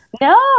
No